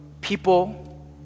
people